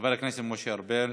חבר הכנסת משה ארבל.